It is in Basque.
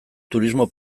turismo